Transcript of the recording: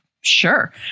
sure